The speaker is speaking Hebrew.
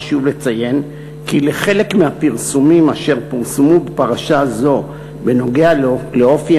חשוב לציין כי לחלק מהפרסומים אשר פורסמו בפרשה זו בנוגע לאופי